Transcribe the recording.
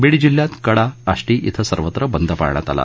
बीड जिल्ह्यात कडा आष्टी श्रि सर्वत्र बंद पाळण्यात आला